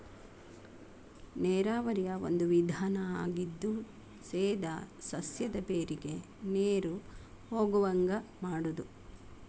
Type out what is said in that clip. ನೇರಾವರಿಯ ಒಂದು ವಿಧಾನಾ ಆಗಿದ್ದು ಸೇದಾ ಸಸ್ಯದ ಬೇರಿಗೆ ನೇರು ಹೊಗುವಂಗ ಮಾಡುದು